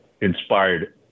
inspired